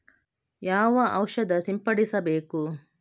ಯಾವ ಔಷಧ ಸಿಂಪಡಿಸಬೇಕು?